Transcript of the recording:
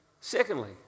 Secondly